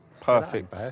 Perfect